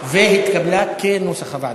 התקבלה כנוסח הוועדה.